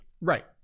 right